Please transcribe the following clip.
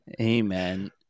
amen